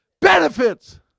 Benefits